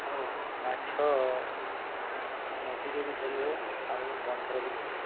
ଆଉ ମାଛ ନଦୀରେ ବି ଧରିହୁୁଏ ଆଉ ବନ୍ଧର ବି ଧରିହୁୁଏ